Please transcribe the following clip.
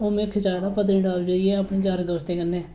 ओह् में खिचाए दा ऐ पत्नीटाप जाइयै अपने यारें दोस्तें कन्नै